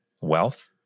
wealth